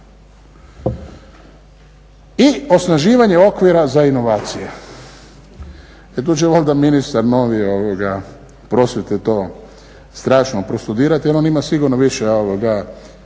I osnaživanje okvira za inovacije, tu će valjda ministar novi prosvjete to strašno prostudirati jer on ima sigurno više osjećaja